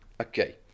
Okay